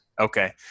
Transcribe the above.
Okay